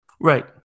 Right